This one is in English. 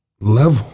level